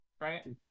Right